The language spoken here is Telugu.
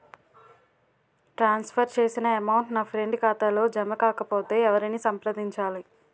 ట్రాన్స్ ఫర్ చేసిన అమౌంట్ నా ఫ్రెండ్ ఖాతాలో జమ కాకపొతే ఎవరిని సంప్రదించాలి?